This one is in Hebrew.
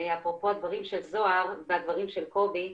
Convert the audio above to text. אפרופו הדברים של זוהר והדברים של קובי,